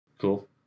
Cool